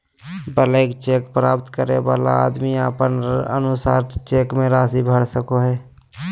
blank cheque प्राप्त करे वाला आदमी अपन अनुसार चेक मे राशि भर सको हय